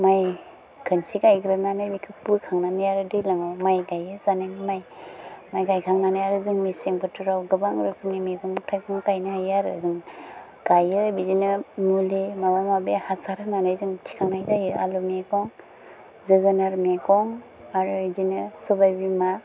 माय खोनसे गायग्रोनानै बेखौ बोखांनानै आरो दैलाङाव माय गायो जानायनि माय माय गायखांनानै आरो जों मेसें बोथोराव गोबां रोखोमनि मेगं थाइगं गायनो हायो आरो जों गायो बिदिनो मुलि माबा माबि हासार होनानै जों थिखांनाय जायो आलु मेगं जोगोनार मेगं आरो बिदिनो सबाइ बिमा